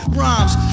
rhymes